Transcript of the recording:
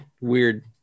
weird